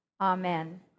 Amen